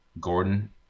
Gordon